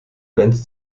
bands